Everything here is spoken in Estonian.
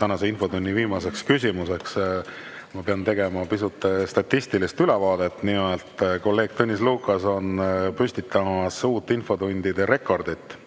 tänase infotunni viimaseks küsimuseks, pean tegema pisut statistilist ülevaadet. Nimelt, kolleeg Tõnis Lukas on püstitamas uut infotunni rekordit: